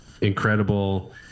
incredible